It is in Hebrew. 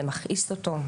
זה מכעיס אותו,